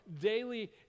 daily